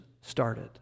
started